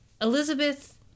Elizabeth